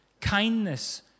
kindness